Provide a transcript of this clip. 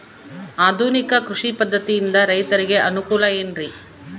ಆಧುನಿಕ ಕೃಷಿ ಪದ್ಧತಿಯಿಂದ ರೈತರಿಗೆ ಅನುಕೂಲ ಏನ್ರಿ?